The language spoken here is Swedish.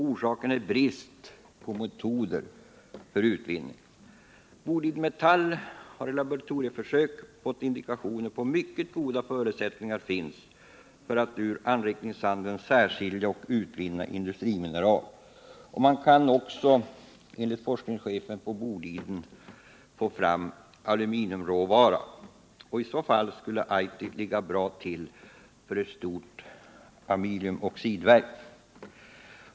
Orsaken är brist på metoder för utvinning. Boliden Metall har i laboratorieförsök fått indikationer på att mycket goda förutsättningar finns för att ur anrikningssanden särskilja och utvinna industrimineral. Man kan också enligt forskningschefen på Boliden Metall få fram aluminiumråvara. I så fall skulle Aitik ligga bra till för ett stort aluminiumoxidverk.